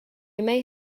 may